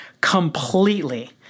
completely